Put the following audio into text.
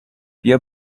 بیا